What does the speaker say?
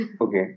Okay